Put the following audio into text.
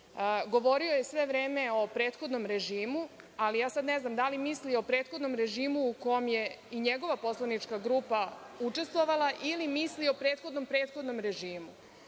grupi. Govorio je sve vreme o prethodnom režimu, ali ja sada ne znam da li misli o prethodnom režimu u kom je i njegova poslanička grupa učestvovala, ili misli o prethodnom, prethodnom režimu,